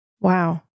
Wow